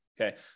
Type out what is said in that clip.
Okay